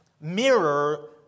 mirror